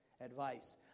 advice